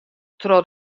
troch